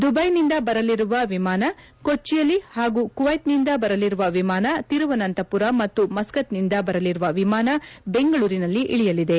ದುವೈನಿಂದ ಬರಲಿರುವ ವಿಮಾನ ಕೊಚ್ಚಿಯಲ್ಲಿ ಹಾಗೂ ಕುವೈಟ್ನಿಂದ ಬರಲಿರುವ ವಿಮಾನ ತಿರುವನಂತಪುರ ಮತ್ತು ಮಸ್ಗತ್ನಿಂದ ಬರಲಿರುವ ವಿಮಾನ ಬೆಂಗಳೂರಿನಲ್ಲಿ ಇಳಿಯಲಿದೆ